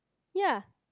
ya